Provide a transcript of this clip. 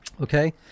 okay